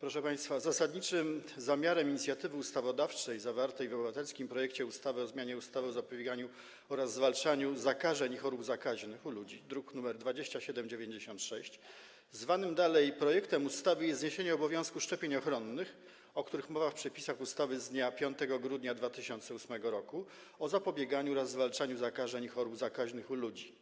Proszę państwa, zasadniczym zamiarem inicjatywy ustawodawczej zawartej w obywatelskim projekcie ustawy o zmianie ustawy o zapobieganiu oraz zwalczaniu zakażeń i chorób zakaźnych u ludzi, druk nr 2796, zwanym dalej projektem ustawy, jest zniesienie obowiązku szczepień ochronnych, o których mowa w przepisach ustawy z dnia 5 grudnia 2008 r. o zapobieganiu oraz zwalczaniu zakażeń i chorób zakaźnych u ludzi,